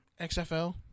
XFL